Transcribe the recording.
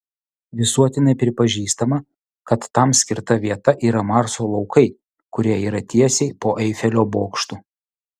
visuotinai pripažįstama kad tam skirta vieta yra marso laukai kurie yra tiesiai po eifelio bokštu